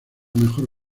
mejor